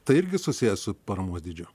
tai irgi susiję su paramos dydžiu